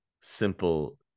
simple